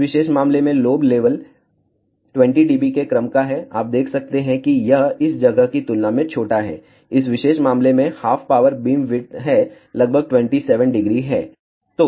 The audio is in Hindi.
इस विशेष मामले में लोब लेवल 20 dB के क्रम का है आप देख सकते हैं कि यह इस जगह की तुलना में छोटा है इस विशेष मामले में हाफ पावर बीमविड्थ है लगभग 270है तो